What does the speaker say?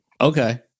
Okay